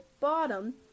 bottom